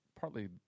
partly